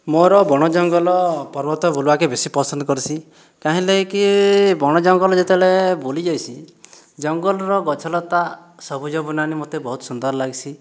ମୋର ବଣ ଜଙ୍ଗଲ ପର୍ବତ ବୁଲ୍ବାକେ ବେଶୀ ପସନ୍ଦ କର୍ସି କାହିଁଲାଗିକି ବଣ ଜଙ୍ଗଲ ଯେତେବେଲେ ବୁଲି ଯାଏସିଁ ଜଙ୍ଗଲର ଗଛଲତା ସବୁଜ ବନାନୀ ମୋତେ ବହୁତ ସୁନ୍ଦର ଲାଗ୍ସି